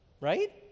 right